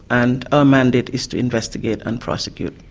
and our mandate is to investigate and prosecute,